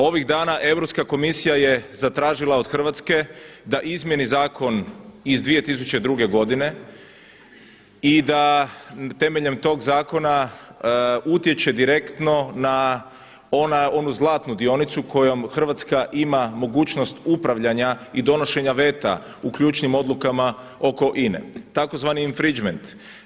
Ovih dana Europska komisija je zatražila od Hrvatske da izmijeni zakon iz 2002. godine i da temeljem tog zakona utječe direktno na onu zlatnu dionicu kojom Hrvatska ima mogućnost upravljanja i donošenja veta u ključnim odlukama oko INA-e, tzv. infringement.